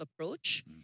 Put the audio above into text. approach